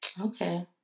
okay